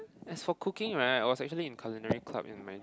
as for cooking right I was actually in culinary club in my